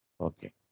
Okay